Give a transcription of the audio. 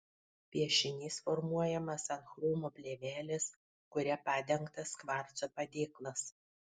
piešinys formuojamas ant chromo plėvelės kuria padengtas kvarco padėklas